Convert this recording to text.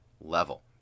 level